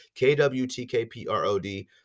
kwtkprod